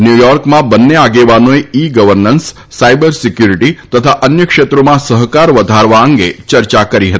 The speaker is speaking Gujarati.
ન્યુયોકમાં બંને આગેવાનોચે ઈ ગવર્નન્સ સાયબર સિક્યુરિટી તથા અન્ય ક્ષેત્રોમાં સહકાર વધારવા અંગે ચર્ચા કરી હતી